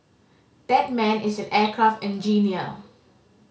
that man is an aircraft engineer